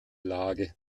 lage